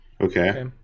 Okay